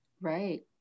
right